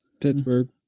Pittsburgh